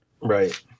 Right